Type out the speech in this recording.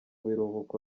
biruhuko